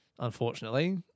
unfortunately